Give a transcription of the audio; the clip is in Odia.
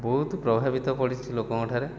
ବହୁତ ପ୍ରଭାବିତ ପଡ଼ିଛି ଲୋକଙ୍କଠାରେ